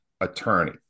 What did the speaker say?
attorney